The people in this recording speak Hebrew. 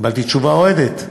קיבלתי תשובה אוהדת.